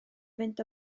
fynd